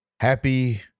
Happy